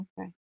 Okay